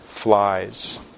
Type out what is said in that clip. flies